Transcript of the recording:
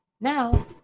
Now